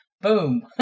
Boom